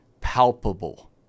palpable